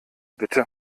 bitte